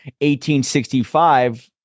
1865